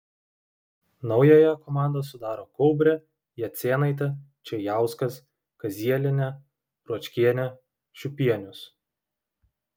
naująją komandą sudaro kaubrė jacėnaitė čėjauskas kazielienė ruočkienė šiupienius